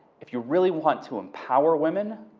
if you really want to empower women,